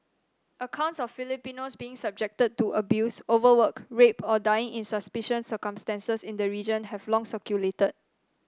accounts of Filipinos being subjected to abuse overwork rape or dying in suspicious circumstances in the region have long circulated